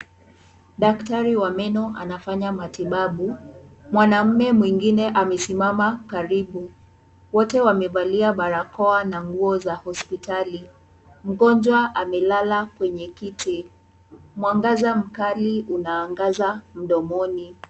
Daktari wa meno anafanya matibabu. Mwanaume mwingine amesimama karibu. Wote wamevalia barakoa na nguo za hospitali. Mgonjwa amelala kwenye kiti. Mwangaza mkali unaangaza mdomoni.